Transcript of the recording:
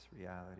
reality